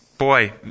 Boy